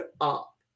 up